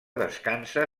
descansa